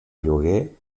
lloguer